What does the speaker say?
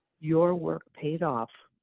your work paid off,